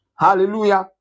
Hallelujah